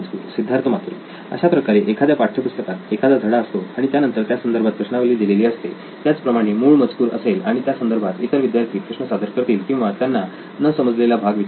सिद्धार्थ मातुरी अशा प्रकारे एखाद्या पाठ्यपुस्तकात एखादा धडा असतो आणि त्यानंतर त्यासंदर्भात प्रश्नावली दिलेली असते त्याच प्रमाणे मूळ मजकूर असेल आणि त्या संदर्भात इतर विद्यार्थी प्रश्न सादर करतील किंवा त्यांना न समजलेला भाग विचारतील